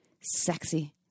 sexy